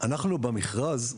אנחנו במכרז,